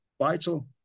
vital